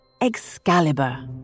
Excalibur